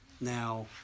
now